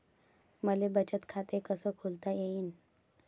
मले बचत खाते कसं खोलता येईन?